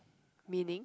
meaning